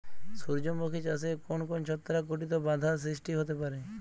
সূর্যমুখী চাষে কোন কোন ছত্রাক ঘটিত বাধা সৃষ্টি হতে পারে?